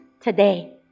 today